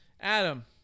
Adam